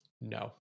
No